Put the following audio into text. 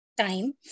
time